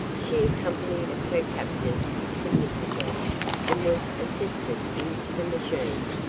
she accompanied her captors submissively and was assisted into the machine.